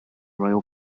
royal